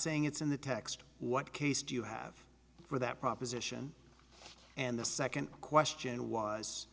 saying it's in the text what case do you have for that proposition and the second question was